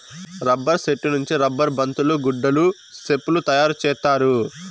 rubber సెట్టు నుంచి rubber బంతులు గుడ్డలు సెప్పులు తయారు చేత్తారు